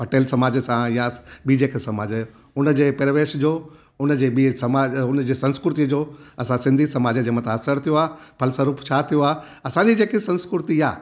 पटेल समाज सां या ॿीं जेके समाज सां हुनजे पहेरवेश जो हुनजे ॿिए समाज हुनजे संस्कृतिअ जो असां सिंधी समाज जे मथां असरु थियो आहे फल स्वरुप छा थियो आहे असांजी जेकी संस्कृति आहे